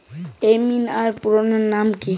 EMI এর পুরোনাম কী?